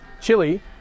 Chili